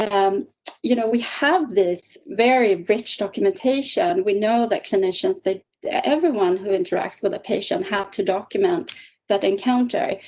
um you know we have this very rich documentation we know that conditions that everyone who interacts with the patient, have to document that encounter.